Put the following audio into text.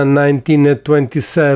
1927